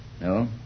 No